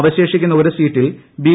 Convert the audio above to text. അവശേഷിക്കുന്ന സീറ്റിൽ ബി